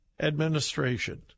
administration